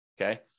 Okay